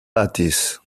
lattice